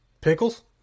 Pickles